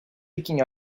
leaking